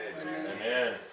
Amen